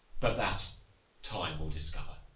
but that time will discover.